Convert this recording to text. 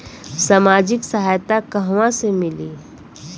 सामाजिक सहायता कहवा से मिली?